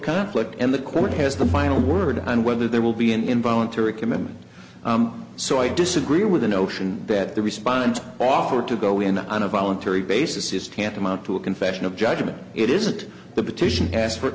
conflict and the court has the final word on whether there will be an involuntary commitment so i disagree with the notion that the response offered to go in on a voluntary basis is tantamount to a confession of judgment it isn't the petition ask for